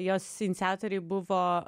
jos iniciatoriai buvo